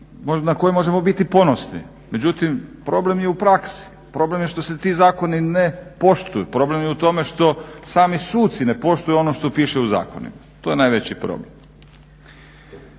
na koje možemo biti ponosni. Međutim problem je u praksi, problem je što se ti zakoni ne poštuju, problem je u tome što sami suci ne poštuju ono što piše u zakonima. To je najveći problem.